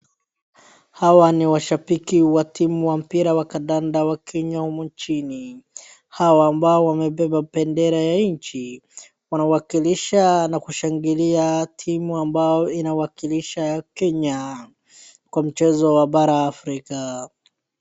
Hawa ni mashambiki wa timu ya mpira wa kandanda wa Kenya humu nchini. Hawa ambao wamebeba bendera ya nchi wanawakilisha na kushangilia timu ambayo inawakilisha Kenya kwa mchezo wa bara African.